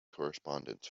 correspondence